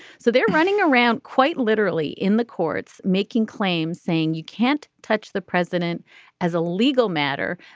so they're running around quite literally in the courts making claims saying you can't touch the president as a legal matter.